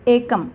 एकम्